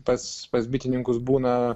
pas pas bitininkus būna